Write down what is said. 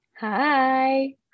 Hi